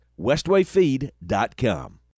Westwayfeed.com